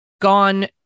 gone